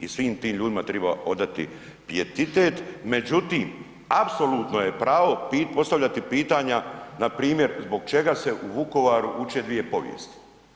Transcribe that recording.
I svim tim ljudima treba odati pijetitet međutim apsolutno je pravo postavljati pitanja npr. Zbog čega se u Vukovaru uče dvije povijesti?